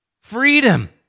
Freedom